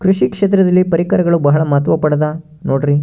ಕೃಷಿ ಕ್ಷೇತ್ರದಲ್ಲಿ ಪರಿಕರಗಳು ಬಹಳ ಮಹತ್ವ ಪಡೆದ ನೋಡ್ರಿ?